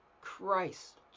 Christ